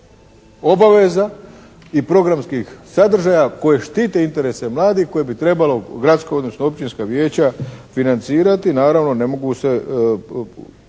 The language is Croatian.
obaveza i programskih sadržaja koji štite interese mladih koje bi trebala gradska, odnosno općinska vijeća financirati. Naravno ne mogu se